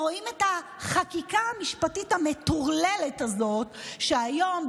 רואים את החקיקה המשפטית המטורללת הזאת כשהיום,